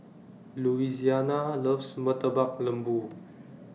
Louisiana loves Murtabak Lembu